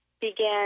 began